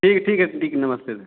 ठीक है ठीक है ठीक है नमस्ते सर